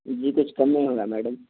جی کچھ کم نہیں ہوگا میڈم